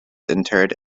interred